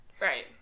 Right